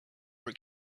were